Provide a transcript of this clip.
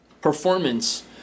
performance